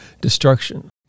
destruction